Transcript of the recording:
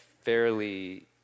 fairly